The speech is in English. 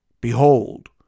Behold